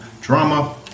Drama